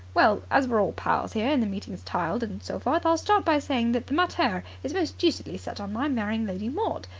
well, as we're all pals here and the meeting's tiled and so forth, i'll start by saying that the mater is most deucedly set on my marrying lady maud.